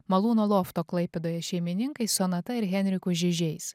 malūno lofto klaipėdoje šeimininkais sonata ir henriku žižiais